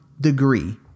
degree